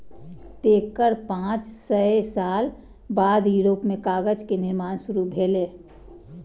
तेकर पांच सय साल बाद यूरोप मे कागज के निर्माण शुरू भेलै